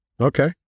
Okay